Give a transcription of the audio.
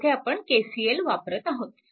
येथे आपण KCL वापरत आहोत